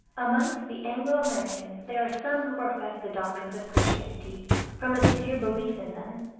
amongst the anglo-americans, there are some who profess the doctrines of christianity from a sincere belief in them,